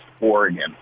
Oregon